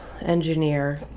engineer